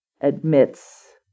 admits